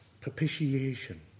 propitiation